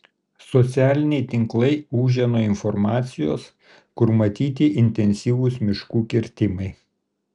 socialiniai tinklai ūžia nuo informacijos kur matyti intensyvūs miškų kirtimai